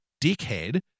dickhead